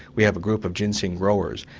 we have a group of ginseng growers,